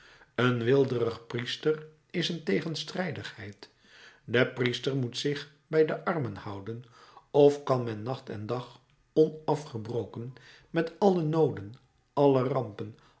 een weelderig priester is een tegenstrijdigheid de priester moet zich bij de armen houden of kan men nacht en dag onafgebroken met alle nooden alle rampen